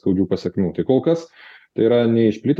skaudžių pasekmių kol kas tai yra neišplitę